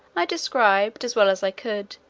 i described, as well as i could,